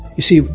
you see,